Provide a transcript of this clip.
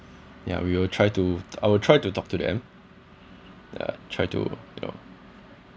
ya we will try to I will try to talk to them ya try to you know